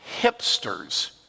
hipsters